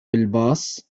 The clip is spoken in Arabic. بالباص